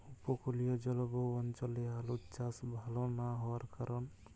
উপকূলীয় জলবায়ু অঞ্চলে আলুর চাষ ভাল না হওয়ার কারণ?